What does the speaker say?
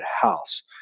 house